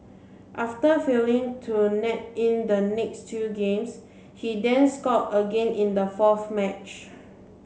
after failing to net in the next two games he then scored again in the fourth match